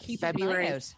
February